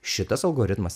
šitas algoritmas